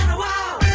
wow